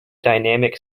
dynamic